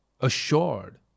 assured